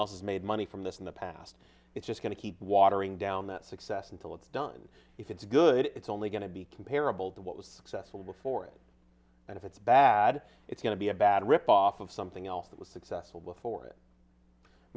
has made money from this in the past it's just going to keep watering down that success until it's done if it's good it's only going to be comparable to what was successful before it and if it's bad it's going to be a bad ripoff of something else that was successful before it i